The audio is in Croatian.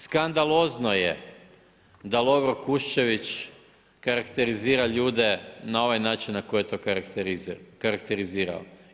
Skandalozno je da Lovro Kuščević karakterizira ljude na ovaj način na koji je to karakterizirao.